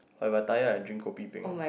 when I'm tired I drink kopi peng lor